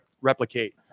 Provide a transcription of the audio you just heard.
replicate